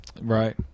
Right